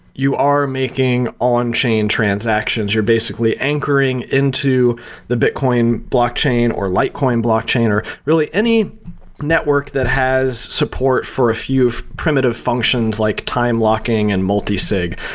you are making on-chain and transactions. you're basically anchoring into the bitcoin blockchain, or litecoin blockchain, or really any network that has support for a few primitive functions like time locking and multi-sig,